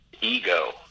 ego